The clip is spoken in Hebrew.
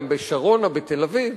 גם בשרונה בתל-אביב,